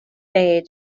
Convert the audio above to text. fay